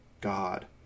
God